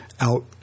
out